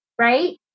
right